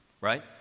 right